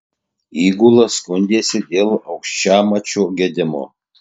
įgula skundėsi dėl aukščiamačio gedimo